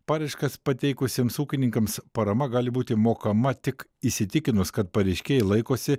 paraiškas pateikusiems ūkininkams parama gali būti mokama tik įsitikinus kad pareiškėjai laikosi